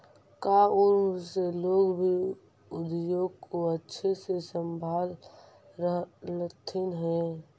कम उम्र से लोग भी उद्योग को अच्छे से संभाल रहलथिन हे